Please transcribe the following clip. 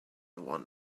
one